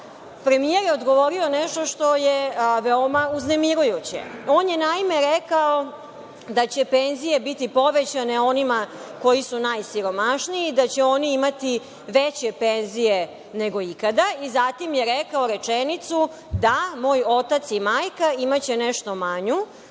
je odgovorio nešto što je veoma uznemirujuće. On je, naime, rekao da će penzije biti povećane onima koji su najsiromašniji, da će oni imati veće penzije nego ikada i zatim je rekao rečenicu – da, moj otac i majka imaće nešto manju,